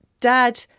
Dad